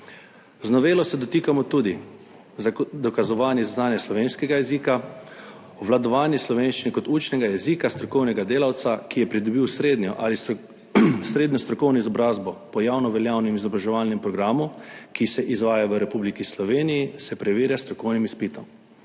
Z novelo se dotikamo tudi za dokazovanje znanja slovenskega jezika. Obvladovanje slovenščine kot učnega jezika strokovnega delavca, ki je pridobil srednjo ali srednjo strokovno izobrazbo po javno veljavnem izobraževalnem programu, ki se izvaja v Republiki Sloveniji, se preverja s strokovnim izpitom,